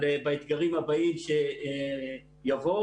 אבל באתגרים הבאים שיבואו.